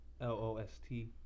L-O-S-T